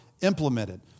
implemented